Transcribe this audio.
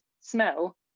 smell